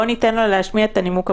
בוא ניתן לו להשמיע את הנימוק הבריאותי.